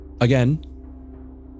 Again